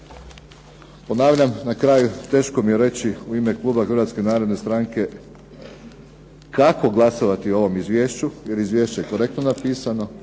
Ponavljam na kraju, teško mi je reći u ime kluba Hrvatske narodne stranke kako glasovati o ovom izvješću jer izvješće je korektno napisano